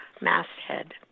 masthead